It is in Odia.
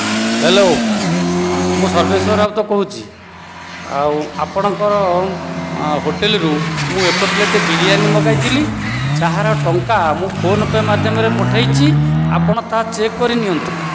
ହ୍ୟାଲୋ ମୁ ସର୍ବେଶ୍ୱର ରାଉତ କହୁଛି ଆଉ ଆପଣଙ୍କର ହୋଟେଲ ରୁ ମୁ ଏକ ପ୍ଲେଟ ବିରିୟାନୀ ମଗାଇଥିଲି ଯାହାର ଟଙ୍କା ମୁ ଫୋନ ପେ' ମାଧ୍ୟମରେ ପଠାଇଛି ଆପଣ ତାହା ଚେକ୍ କରି ନିଅନ୍ତୁ